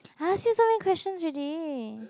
I ask you so many questions already